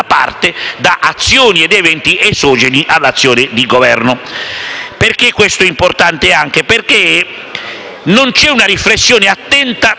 parte da eventi esogeni all'azione di Governo. Questo è importante, anche perché non c'è una riflessione attenta